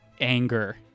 anger